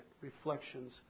reflections